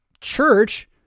church